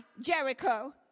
Jericho